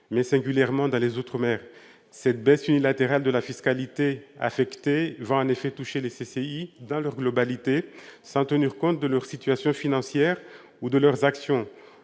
mais singulièrement dans les outre-mer. Cette baisse unilatérale de la fiscalité affectée touchera effectivement les CCI dans leur globalité, sans tenir compte de leur situation financière ou de leurs actions.